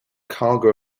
cargo